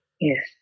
Yes